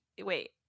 wait